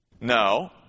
No